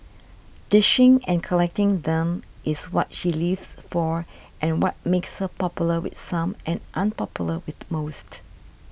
dishing and collecting them is what she lives for and what makes her popular with some and unpopular with most